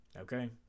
Okay